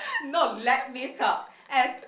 not let me talk as